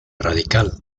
radical